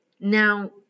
Now